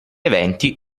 eventi